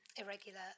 irregular